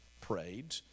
prayed